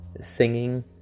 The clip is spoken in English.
singing